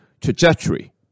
trajectory